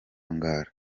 ngara